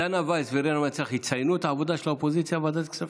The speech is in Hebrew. דנה ויס ורינה מצליח יציינו את העבודה של האופוזיציה בוועדת הכספים?